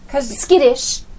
Skittish